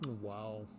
Wow